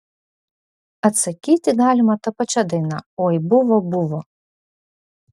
atsakyti galima ta pačia daina oi buvo buvo